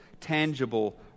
tangible